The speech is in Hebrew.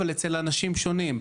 אבל אצל אנשים שונים.